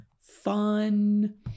fun